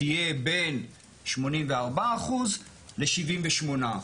תהיה בין 84% ל-78%.